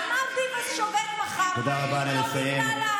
עבדו עלייך.